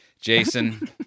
Jason